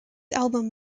album